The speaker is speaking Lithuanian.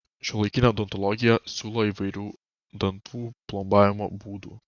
šiuolaikinė odontologija siūlo įvairių dantų plombavimo būdų